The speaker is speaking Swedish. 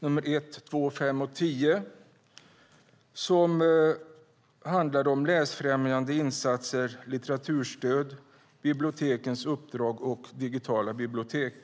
nr 1, 2, 5 och 10 som handlar om läsfrämjande insatser, litteraturstöd, bibliotekens uppdrag och digitala bibliotek.